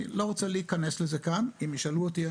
אני לא רוצה להיכנס לזה כאן אם ישאלו אותי,